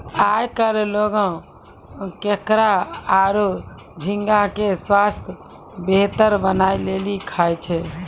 आयकल लोगें केकड़ा आरो झींगा के स्वास्थ बेहतर बनाय लेली खाय छै